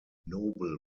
noble